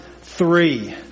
three